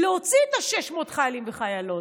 להוציא את 600 החיילים והחיילות.